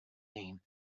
name